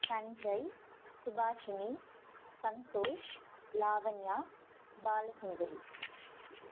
Sanjay Subhashini Santosh Lavanya Balasundari